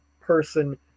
person